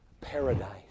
paradise